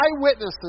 eyewitnesses